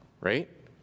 Right